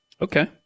Okay